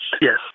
Yes